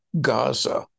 Gaza